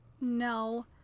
no